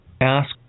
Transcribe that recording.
ask